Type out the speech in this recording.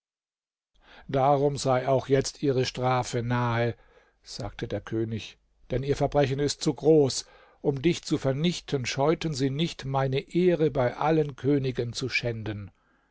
darum sei auch jetzt ihre strafe nahe sagte der könig denn ihr verbrechen ist zu groß um dich zu vernichten scheuten sie nicht meine ehre bei allen königen zu schänden